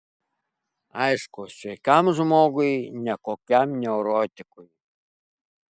aišku sveikam žmogui ne kokiam neurotikui